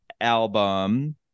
album